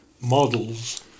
models